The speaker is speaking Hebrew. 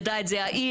ידע את זה העיר,